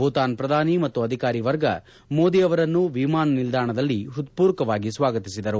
ಭೂತಾನ್ ಪ್ರಧಾನಿ ಮತ್ತು ಅಧಿಕಾರಿ ವರ್ಗ ಮೋದಿ ಅವರನ್ನು ವಿಮಾನ ನಿಲ್ದಾಣದಲ್ಲಿ ಹೃತ್ಪೂರಕವಾಗಿ ಸ್ವಾಗತಿಸಿದರು